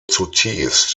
zutiefst